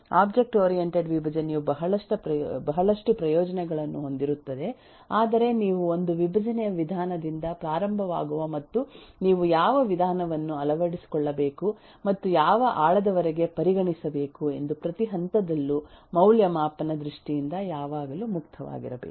object oriented ವಿಭಜನೆಯು ಬಹಳಷ್ಟು ಪ್ರಯೋಜನಗಳನ್ನು ಹೊಂದಿರುತ್ತದೆ ಆದರೆ ನೀವು ಒಂದು ವಿಭಜನೆಯ ವಿಧಾನದಿಂದ ಪ್ರಾರಂಭವಾಗುವ ಮತ್ತು ನೀವು ಯಾವ ವಿಧಾನವನ್ನು ಅಳವಡಿಸಿಕೊಳ್ಳಬೇಕು ಮತ್ತು ಯಾವ ಆಳದವರೆಗೆ ಪರಿಗಣಿಸಬೇಕು ಎಂದು ಪ್ರತಿ ಹಂತದಲ್ಲೂ ಮೌಲ್ಯಮಾಪನ ದೃಷ್ಟಿಯಿಂದ ಯಾವಾಗಲೂ ಮುಕ್ತವಾಗಿರಬೇಕು